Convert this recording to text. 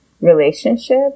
relationship